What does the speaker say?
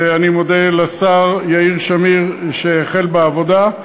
ואני מודה לשר יאיר שמיר שהחל בעבודה.